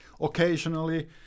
occasionally